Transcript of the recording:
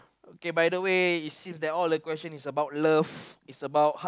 okay by the way it seems that all the question is about love is about